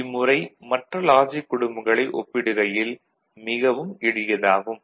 இம்முறை மற்ற லாஜிக் குடும்பங்களை ஒப்பிடுகையில் மிகவும் எளியது ஆகும்